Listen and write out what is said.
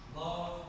love